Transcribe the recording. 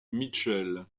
mitchell